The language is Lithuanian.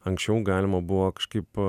anksčiau galima buvo kažkaip